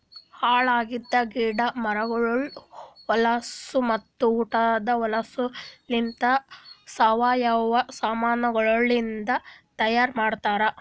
ಹಾಳ್ ಆಗಿದ್ ಗಿಡ ಮರಗೊಳ್ದು ಹೊಲಸು ಮತ್ತ ಉಟದ್ ಹೊಲಸುಲಿಂತ್ ಸಾವಯವ ಸಾಮಾನಗೊಳಿಂದ್ ತೈಯಾರ್ ಆತ್ತುದ್